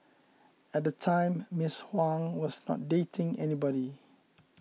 at the time Miss Huang was not dating anybody